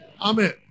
Amen